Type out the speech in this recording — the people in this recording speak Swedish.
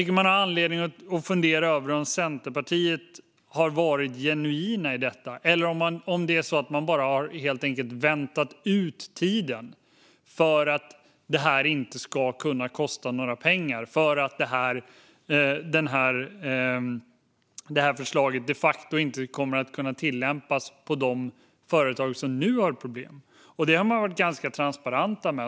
Det finns anledning att fundera över om Centerpartiet har varit genuina i detta. Eller har man helt enkelt bara väntat ut tiden för att det inte ska kunna kosta några pengar, för att förslaget inte kommer att kunna tillämpas för de företag som nu har problem? Det har man också varit ganska transparenta med.